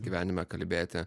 gyvenime kalbėti